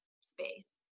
space